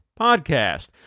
Podcast